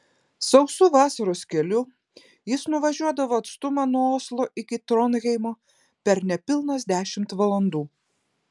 sausu vasaros keliu jis nuvažiuodavo atstumą nuo oslo iki tronheimo per nepilnas dešimt valandų